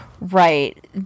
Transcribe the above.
Right